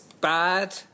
bad